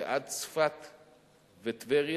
ועד צפת וטבריה,